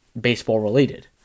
baseball-related